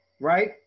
right